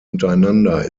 untereinander